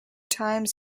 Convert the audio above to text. times